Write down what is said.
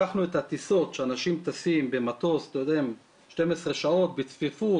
לקחנו את הטיסות שאנשים טסים במטוס 12 שעות בצפיפות,